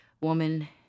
woman